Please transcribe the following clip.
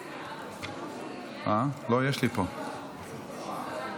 בעד, 33, שבעה מתנגדים.